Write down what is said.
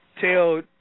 tell